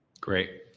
Great